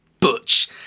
butch